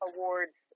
Awards